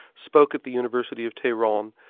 spoke at the university of tehran,